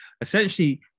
essentially